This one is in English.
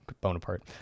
Bonaparte